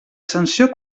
sanció